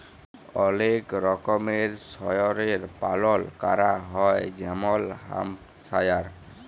অলেক রকমের শুয়রের পালল ক্যরা হ্যয় যেমল হ্যাম্পশায়ার